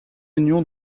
union